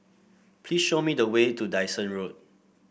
please show me the way to Dyson Road